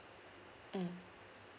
mm